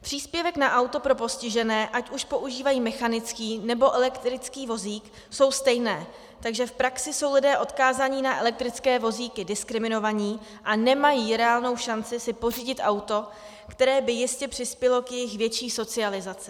Příspěvky na auto pro postižené, ať už používají mechanický, nebo elektrický vozík, jsou stejné, takže v praxi jsou lidé odkázání na elektrické vozíky diskriminováni a nemají reálnou šanci si pořídit auto, které by jistě přispělo k jejich větší socializaci.